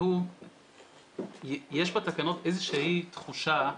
יש בתקנות איזושהי תחושה,